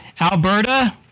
Alberta